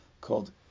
called